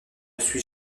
suis